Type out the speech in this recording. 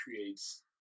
creates